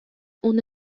una